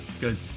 Good